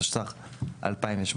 התשס"ח-2008: